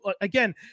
Again